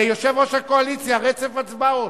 יושב-ראש הקואליציה, רצף הצבעות.